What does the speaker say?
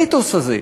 המיתוס הזה,